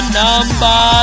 number